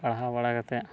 ᱯᱟᱲᱦᱟᱣ ᱵᱟᱲᱟ ᱠᱟᱛᱮᱫ